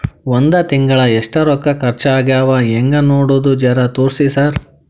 ಹೊದ ತಿಂಗಳ ಎಷ್ಟ ರೊಕ್ಕ ಖರ್ಚಾ ಆಗ್ಯಾವ ಹೆಂಗ ನೋಡದು ಜರಾ ತೋರ್ಸಿ ಸರಾ?